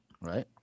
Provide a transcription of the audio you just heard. right